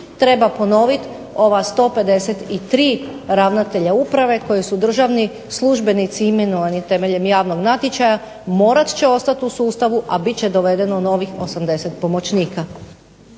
treba ponoviti. Ova 153 ravnatelja uprave koji su državni službenici imenovani temeljem javnog natječaja morat će ostati u sustavu a bit će dovedeno novih 80 pomoćnika.